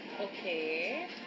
Okay